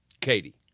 Katie